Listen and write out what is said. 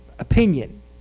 opinion